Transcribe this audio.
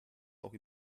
auch